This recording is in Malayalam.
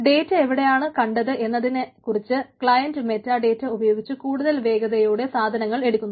ഡേറ്റ എവിടെയാണ് കണ്ടത് എന്നതിനെക്കുറിച്ച് ക്ലയൻറ് മെറ്റാഡേറ്റ ഉപയോഗിച്ച് കൂടുതൽ വേഗതയോടെ സാധനങ്ങൾ എടുക്കുന്നു